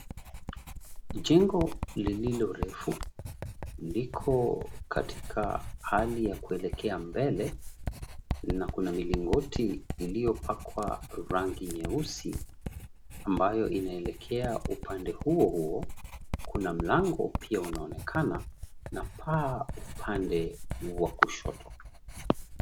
Jengo lililo refu, liko katika hali ya kuelekea mbele na kuna milingoti iliyopakwa rangi nyeusi ambayo inaelekea upande huohuo. Kuna mlango pia unaonekana, na paa upande wa kushoto.